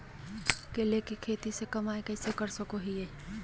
केले के खेती से कमाई कैसे कर सकय हयय?